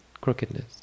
crookedness